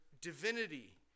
divinity